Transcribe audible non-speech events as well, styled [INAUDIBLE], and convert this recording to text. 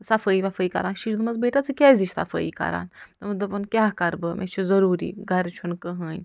صفٲیی وَفٲیی کران [UNINTELLIGIBLE] بیٹا ژٕ کیٛازِ یہِ صفٲیی کران تٔمی ووٚن دوٚپُن کیٛاہ کرٕ بہٕ مےٚ چھُ ضروٗری گھرِ چھُنہٕ کہٲنۍ